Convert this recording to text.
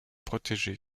protégée